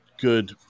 good